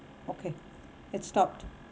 okay it stopped